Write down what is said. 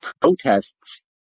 protests